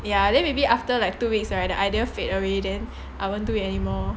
ya then maybe after like two weeks the idea fade already then I won't do it anymore